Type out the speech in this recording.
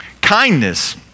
kindness